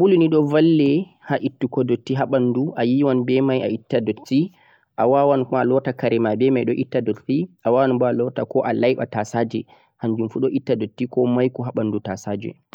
sabulu ni doh valle ha ittugo dutti ha mbandu a yiwan beh mai a itta dutti a wawan kuma a lota kare ma beh do itta dutti a wawan kuma a lota ko a laiba tasaje kanjum boh do itta dutti ko maiko ha tasaje